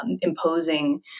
imposing